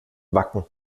wacken